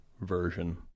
version